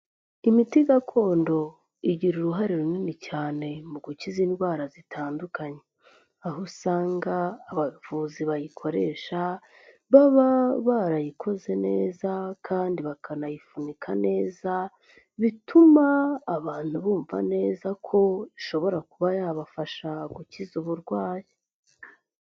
Imiti gakondo igira uruhare runini cyane mu gukiza indwara zitandukanye, aho usanga abavuzi bayikoresha baba barayikoze neza kandi bakanayifunika neza; bituma abantu bumva neza ko ishobora kuba yabafasha gukiza uburwayi.